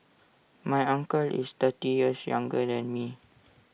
my uncle is thirty years younger than me